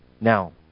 Now